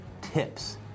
tips